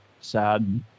sad